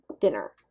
dinner